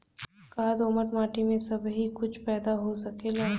का दोमट माटी में सबही कुछ पैदा हो सकेला?